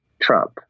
Trump